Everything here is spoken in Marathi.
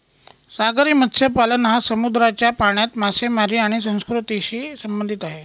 सागरी मत्स्यपालन हा समुद्राच्या पाण्यात मासेमारी आणि संस्कृतीशी संबंधित आहे